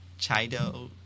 Chido